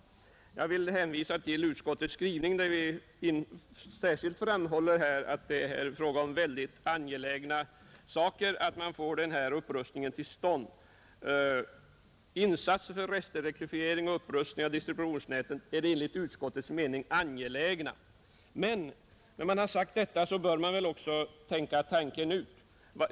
Jag vill hänvisa till utskottets skrivning där det heter: ”Insatser för restelektrifiering och upprustning av distributionsnäten är enligt utskottets mening angelägna.” När man sagt detta bör man också tänka tanken ut.